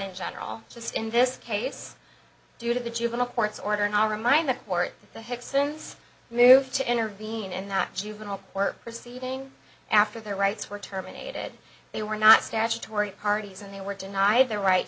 in general just in this case due to the juvenile court's order and i'll remind the court the head since moved to intervene in that juvenile court proceeding after their rights were terminated they were not statutory parties and they were denied their right